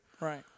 Right